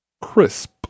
Crisp